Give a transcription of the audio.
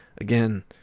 Again